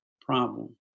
problem